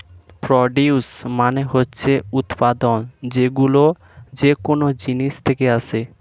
produce মানে হচ্ছে উৎপাদন, যেইগুলো যেকোন জিনিস থেকে আসে